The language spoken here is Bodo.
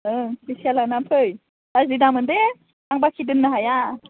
ओं फैसाया लानानै फै गाज्रि दामोन दे आं बाखि दोननो हाया